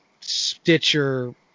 Stitcher